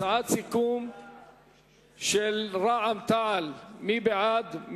הצעת הסיכום של סיעת רע"ם-תע"ל, מי בעד?